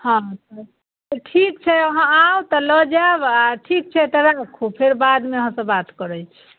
हँ तऽ ठीक छै अहाँ आउ तऽ लऽ जाएब आ ठीक छै तऽ राखू फेर बादमे अहाँसँ बात करैत छी